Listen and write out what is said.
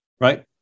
right